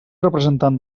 representant